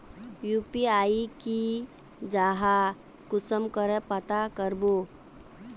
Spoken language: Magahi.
यु.पी.आई की जाहा कुंसम करे पता करबो?